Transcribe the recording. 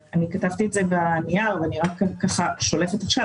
כתבתי את זה בנייר ואני שולפת עכשיו.